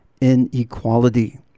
inequality